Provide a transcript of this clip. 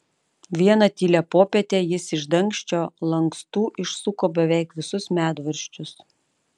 vieną tylią popietę jis iš dangčio lankstų išsuko beveik visus medvaržčius